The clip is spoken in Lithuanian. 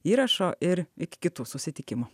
įrašo ir iki kitų susitikimų